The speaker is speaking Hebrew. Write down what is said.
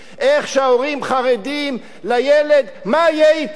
איך שההורים חרדים לילד: מה יהיה אתו?